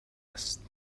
است